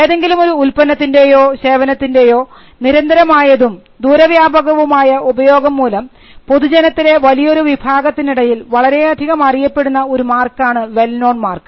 ഏതെങ്കിലുമൊരു ഉൽപ്പന്നത്തിൻറേയോ സേവനത്തിന്റേയോ നിരന്തരമായതും ദൂര വ്യാപകവുമായ ഉപയോഗംമൂലം പൊതുജനത്തിലെ വലിയൊരു വിഭാഗത്തിനിടയിൽ വളരെയധികം അറിയപ്പെടുന്ന ഒരു മാർക്കാണ് വെൽ നോൺ മാർക്ക്